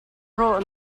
rawh